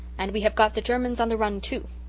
and we have got the germans on the run, too.